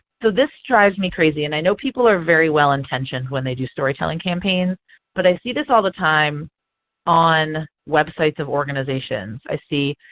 so this drives me crazy and i know people are very well-intentioned when they do storytelling campaigns but i see this all the time on websites of organizations. i see,